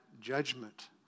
judgment